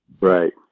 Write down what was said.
right